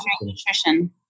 nutrition